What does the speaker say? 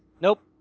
Nope